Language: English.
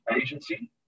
agency